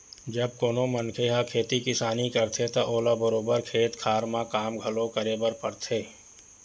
जब कोनो मनखे ह खेती किसानी करथे त ओला बरोबर खेत खार म काम घलो करे बर परथे